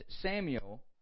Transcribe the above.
Samuel